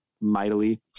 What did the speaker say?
mightily